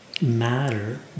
matter